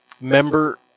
member